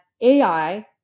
AI